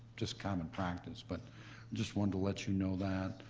just common practice, but just wanted to let you know that.